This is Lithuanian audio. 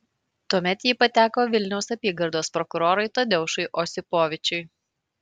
tuomet ji pateko vilniaus apygardos prokurorui tadeušui osipovičiui